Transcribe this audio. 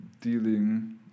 dealing